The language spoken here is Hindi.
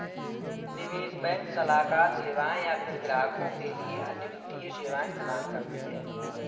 निवेश बैंक सलाहकार सेवाएँ या फ़िर ग्राहकों के लिए अन्य वित्तीय सेवाएँ प्रदान करती है